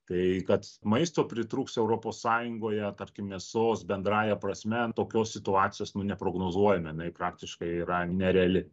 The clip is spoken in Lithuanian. tai kad maisto pritrūks europos sąjungoje tarkim mėsos bendrąja prasme tokios situacijos neprognozuojame jinai praktiškai yra nereali